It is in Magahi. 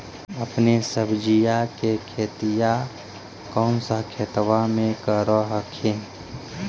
अपने सब्जिया के खेतिया कौन सा खेतबा मे कर हखिन?